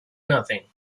nothing